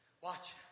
Watch